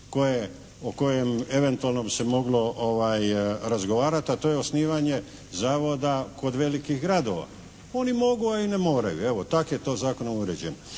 o kojem eventualno bi se moglo razgovarati, a to je osnivanje zavoda kod velikih gradova. Oni mogu, a i ne moraju, evo tak je to zakonom uređeno.